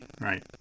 Right